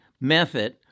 method